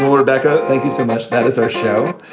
rebecca. thank you so much. that is our show.